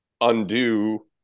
undo